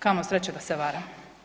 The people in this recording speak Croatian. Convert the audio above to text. Kamo sreće da se varam.